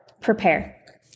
prepare